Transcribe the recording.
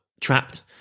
trapped